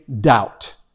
doubt